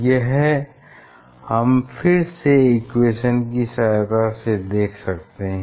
यह हम फिर से इक्वेशन की सहायता से देख सकते हैं